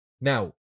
Now